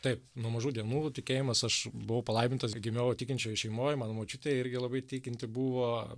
taip nuo mažų dienų tikėjimas aš buvau palaimintas gimiau tikinčioj šeimoj mano močiutė irgi labai tikinti buvo